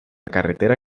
carretera